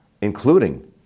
including